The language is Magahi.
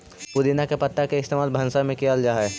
पुदीना के पत्ता के इस्तेमाल भंसा में कएल जा हई